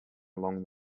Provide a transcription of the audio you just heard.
along